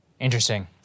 Interesting